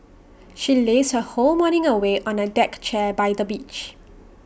she lazed her whole morning away on A deck chair by the beach